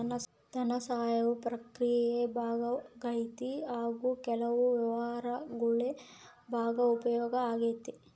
ಧನಸಹಾಯವು ಪ್ರಕ್ರಿಯೆಯ ಭಾಗವಾಗೈತಿ ಹಾಗು ಕೆಲವು ವ್ಯವಹಾರಗುಳ್ಗೆ ಭಾಳ ಉಪಯೋಗ ಆಗೈತೆ